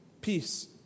peace